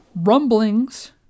rumblings